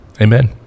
Amen